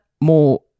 more